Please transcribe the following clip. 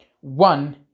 One